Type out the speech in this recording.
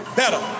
better